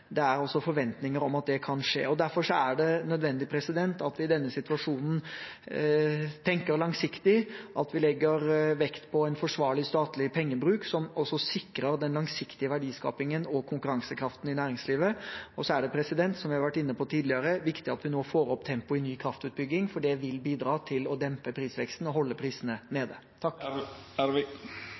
Det er forventninger om at det kan skje. Derfor er det nødvendig at vi i denne situasjonen tenker langsiktig, at vi legger vekt på en forsvarlig statlig pengebruk som også sikrer den langsiktige verdiskapingen og konkurransekraften i næringslivet. Det er også, som vi har vært inne på tidligere, viktig at vi nå får opp tempoet i ny kraftutbygging, for det vil bidra til å dempe prisveksten å holde prisene nede.